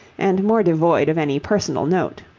and more devoid of any personal note.